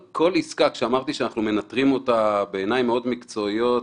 כשאמרתי שאנחנו מנטרים כל עסקה בעיניים מאוד מקצועיות,